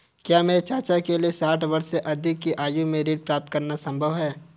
क्या मेरे चाचा के लिए साठ वर्ष से अधिक की आयु में ऋण प्राप्त करना संभव होगा?